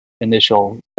initial